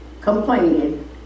complaining